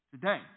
Today